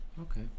Okay